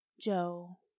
Joe